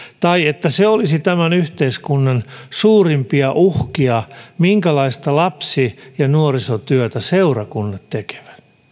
tai että se olisi tämän yhteiskunnan suurimpia uhkia minkälaista lapsi ja nuorisotyötä seurakunnat tekevät